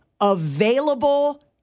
available